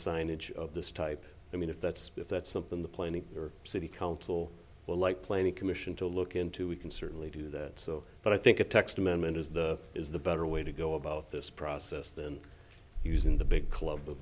signage of this type i mean if that's if that's something the planning your city council will like planning commission to look into we can certainly do that so but i think a text amendment is the is the better way to go about this process than using the big clu